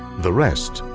the rest,